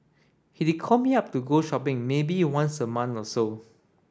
he'd call me up to go shopping maybe once a month or so